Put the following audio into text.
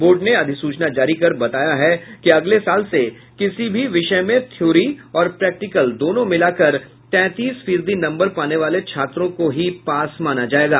board ने अधिसूचना जारी कर बताया है कि अगले साल से किसी भी विषय में थ्योरी और प्रैक्टिकल दोनों मिलाकर तैंतीस फीसदी नम्बर पाने वाले छात्रों को ही पास माना जायेगा